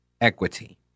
equity